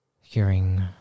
hearing